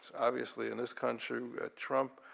obviously in this country we got trump,